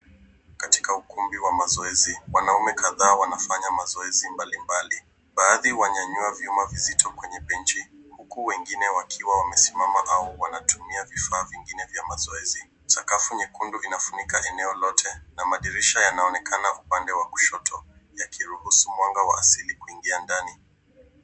Katika ukumbi wa mazoezi, wanaume kadhaa wanafanya mazoezi mbali mbali. Baadhi wanyanyua vyuma vizito kwenye benchi huku wengine wakiwa wamesimama au kutumia vifaa vingine kwa mazoezi. Sakafu nyekundu inafunika eneo lote na madirisha yanaonekana upande wa kushoto yakiruhusu mwanga wa asili kuingia ndani.